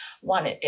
One